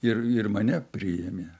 ir ir mane priėmė